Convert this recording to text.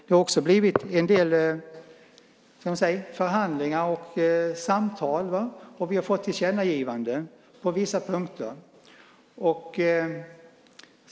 Det har blivit en del förhandlingar och samtal. Vi har fått tillkännagivanden på vissa punkter.